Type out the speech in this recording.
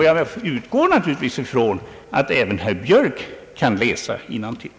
Jag utgår naturligtvis från att även herr Björk kan läsa innantill.